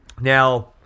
Now